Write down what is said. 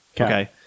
Okay